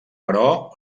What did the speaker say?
però